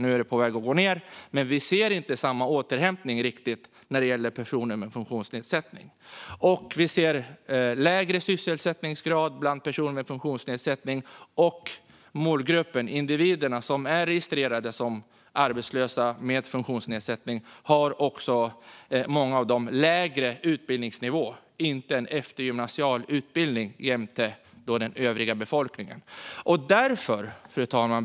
Nu är den på väg att sjunka, men vi ser inte samma återhämtning när det gäller personer med funktionsnedsättning. Det är lägre sysselsättningsgrad bland personer med funktionsnedsättning, och många av individerna som är registrerade som arbetslösa med funktionsnedsättning har också lägre utbildningsnivå - inte en eftergymnasial utbildning - än övriga befolkningen. Fru talman!